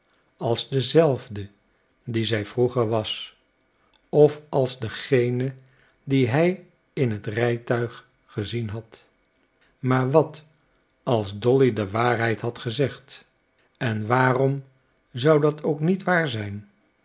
als dezelfde die zij vroeger was of als degene die hij in het rijtuig gezien had maar wat als dolly de waarheid had gezegd en waarom zou dat ook niet waar zijn